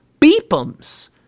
beepums